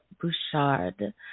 Bouchard